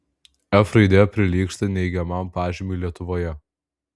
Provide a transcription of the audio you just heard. f raidė prilygsta neigiamam pažymiui lietuvoje